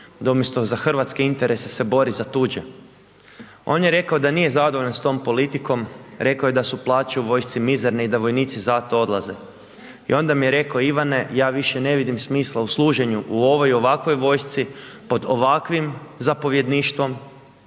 da umjesto za hrvatske interese se bori za tuđe. On je rekao da nije zadovoljan s tom politikom, rekao je da su plaće u vojski mizerne i da vojnici zato odlaze. I onda mi je Ivane ja više ne vidim smisla u služenju u ovoj i ovakvoj vojsci, pod ovakvim zapovjedništvom,